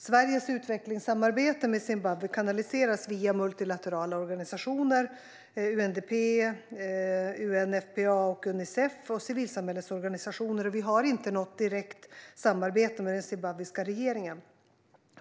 Sveriges utvecklingssamarbete med Zimbabwe kanaliseras via multilaterala organisationer, till exempel UNDP, UNFPA och Unicef, och civilsamhällesorganisationer, och vi har inte något direkt samarbete med den zimbabwiska regeringen.